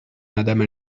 madame